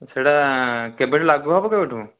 ସେଇଟା କେବେଠୁ ଲାଗୁ ହେବ କେବେଠୁ